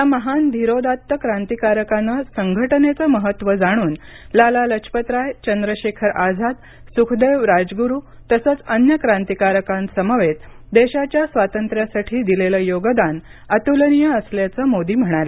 या महान धीरोदत्त क्रांतीकारकानं संघटनेचं महत्त्व जाणून लाला लजपतराय चंद्रशेखर आझाद सुखदेव राजगुरू तसंच अन्य क्रांतीकारकांसमवेत देशाच्या स्वातंत्र्यासाठी दिलेलं योगदान अतुलनीय असल्याचं मोदी म्हणाले